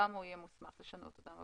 גם הוא יהיה מוסמך לשנות אותם.